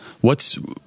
What's-